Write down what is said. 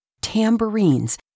tambourines